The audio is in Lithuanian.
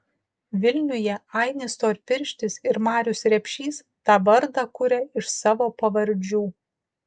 vilniuje ainis storpirštis ir marius repšys tą vardą kuria iš savo pavardžių